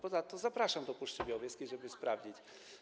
Ponadto zapraszam do Puszczy Białowieskiej, żeby sprawdzić.